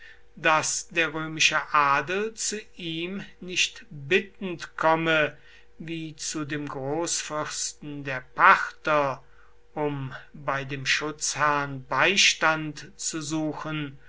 daß der römische adel zu ihm nicht bittend komme wie zu dem großfürsten der parther um bei dem schutzherrn beistand zu suchen